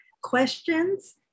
questions